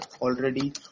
already